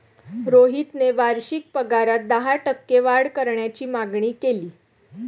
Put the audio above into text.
रोहितने वार्षिक पगारात दहा टक्के वाढ करण्याची मागणी केली